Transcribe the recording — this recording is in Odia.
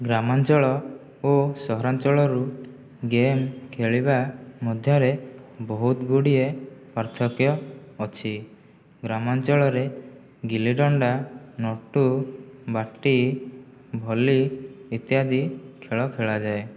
ଗ୍ରାମାଞ୍ଚଳ ଓ ସହରାଞ୍ଚଳରୁ ଗେମ୍ ଖେଳିବା ମଧ୍ୟରେ ବହୁତଗୁଡ଼ିଏ ପାର୍ଥକ୍ୟ ଅଛି ଗ୍ରାମାଞ୍ଚଳରେ ଗିଲିଦଣ୍ଡା ନଟୁ ବାଟି ଭଲି ଇତ୍ୟାଦି ଖେଳ ଖେଳାଯାଏ